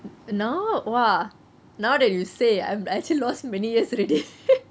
now !wah! now that you say I'm actually lost many years already